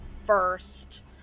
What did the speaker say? first